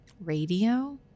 Radio